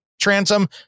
transom